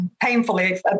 painfully